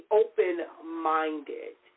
open-minded